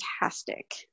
fantastic